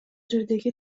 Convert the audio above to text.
жердеги